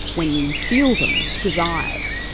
when you feel them, desired.